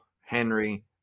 Henry